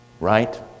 right